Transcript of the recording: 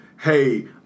hey